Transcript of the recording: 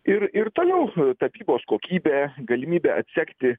ir ir toliau tapybos kokybė galimybė atsekti